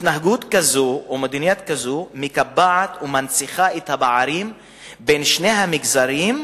התנהגות כזאת או מדיניות כזאת מקבעת ומנציחה את הפערים בין שני המגזרים,